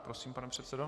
Prosím, pane předsedo.